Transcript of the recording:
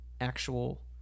actual